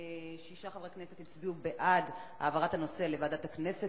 שישה חברי כנסת הצביעו בעד העברת הנושא לוועדת הכנסת,